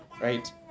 right